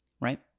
right